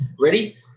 Ready